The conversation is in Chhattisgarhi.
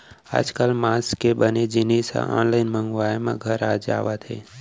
आजकाल मांस के बने जिनिस ह आनलाइन मंगवाए म घर आ जावत हे